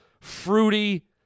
fruity